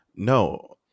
No